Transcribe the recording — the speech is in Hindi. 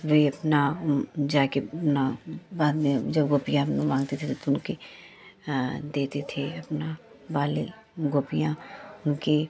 वे अपना जाकर अपना बाद में जब गोपियाँ अपना माँगती थी तो उनकी देते थे अपना बाल गोपियाँ उनकी